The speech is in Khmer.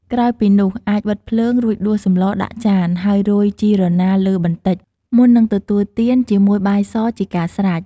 ក្រោយពីនោះ អាចបិទភ្លើង រួចដួសសម្លដាក់ចាន ហើយរោយ ជីរណាលើបន្តិច មុននឹងទទួលទានជាមួយបាយសជាការស្រេច។